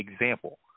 example